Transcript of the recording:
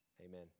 Amen